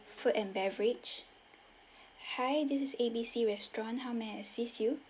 food and beverage hi this is A B C restaurant how may I assist you